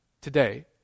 today